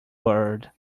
bird